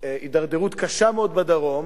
הידרדרות קשה מאוד בדרום.